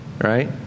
Right